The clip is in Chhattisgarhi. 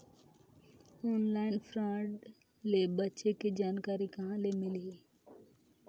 ऑनलाइन फ्राड ले बचे के जानकारी कहां ले मिलही?